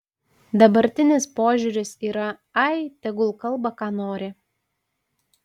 dabartinis požiūris yra ai tegul kalba ką nori